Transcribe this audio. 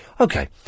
Okay